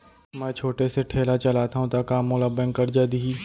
मैं छोटे से ठेला चलाथव त का मोला बैंक करजा दिही?